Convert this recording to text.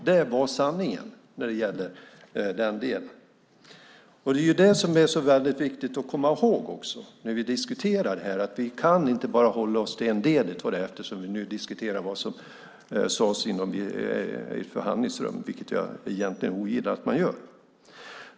Det är sanningen när det gäller den delen. Det är det som är så väldigt viktigt att komma ihåg också när vi diskuterar, att vi inte bara kan hålla oss till en del eftersom vi nu diskuterar vad som sades i ett förhandlingsrum, vilket jag egentligen ogillar att man gör.